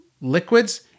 liquids